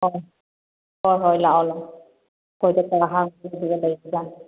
ꯑꯧ ꯍꯣꯏ ꯍꯣꯏ ꯂꯥꯛꯑꯣ ꯂꯥꯛꯑꯣ ꯑꯩꯈꯣꯏꯗ ꯀꯥ ꯑꯍꯥꯡꯕꯗꯨꯗ ꯂꯩꯕ ꯌꯥꯅꯤ